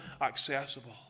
accessible